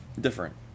different